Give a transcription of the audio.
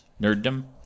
nerddom